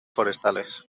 forestales